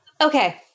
Okay